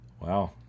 Wow